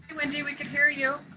and wendy, we can hear you.